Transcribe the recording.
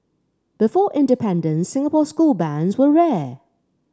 before independence Singapore school bands were rare